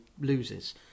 loses